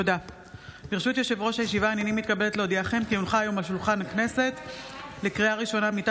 ההצעה אושרה, ותובא להכנה לקריאה ראשונה לוועדת